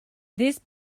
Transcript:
this